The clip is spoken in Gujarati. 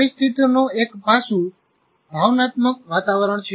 પરિસ્થિતિનું એક પાસું ભાવનાત્મક વાતાવરણ છે